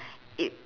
it